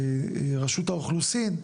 רשות האוכלוסין,